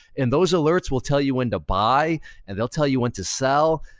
and those alerts will tell you when to buy and they'll tell you when to sell.